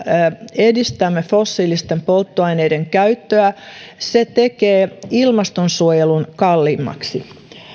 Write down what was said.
edistämme fossiilisten polttoaineiden käyttöä tekee ilmastonsuojelun kalliimmaksi